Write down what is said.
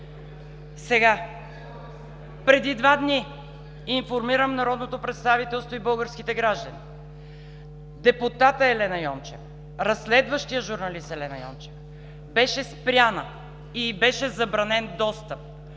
Преди два дни – информирам народното представителство и българските граждани, депутатът Елена Йончева, разследващият журналист Елена Йончева беше спряна и й беше забранен достъп